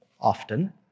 often